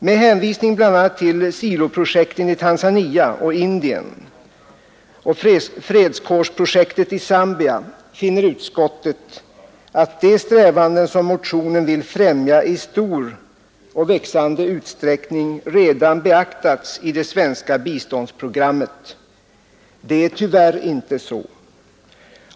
Med hänvisning bl.a. till siloprojekten i Tanzania och Indien samt fredskårsprojektet i Zambia finner utskottet att ”de strävanden som motionen vill främja i stor och växande utsträckning redan beaktats i det svenska biståndsprogrammet”. Det är tyvärr inte så.